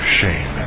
shame